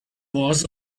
was